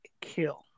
kill